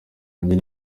nanjye